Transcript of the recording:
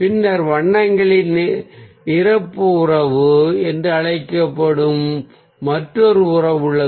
பின்னர் வண்ணங்களின் நிரப்பு உறவு என்று அழைக்கப்படும் மற்றொரு உறவு உள்ளது